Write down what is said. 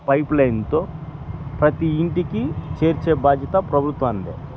pipe లైన్తో ప్రతి ఇంటికి చేర్చే బాధ్యత ప్రభుత్వానిదే